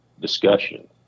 discussion